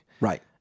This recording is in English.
right